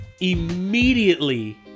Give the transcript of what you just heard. immediately